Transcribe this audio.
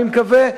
אני מקווה,